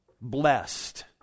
Blessed